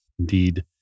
indeed